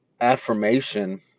affirmation